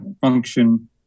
function